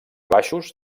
baixos